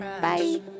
Bye